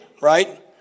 right